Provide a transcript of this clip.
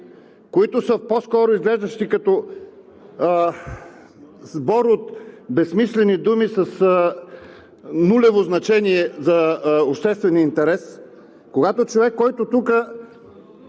които са по-скоро изглеждащи като сбор от безсмислени думи с нулево значение за обществения интерес, когато човек, който тук